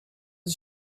een